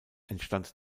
entstand